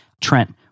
Trent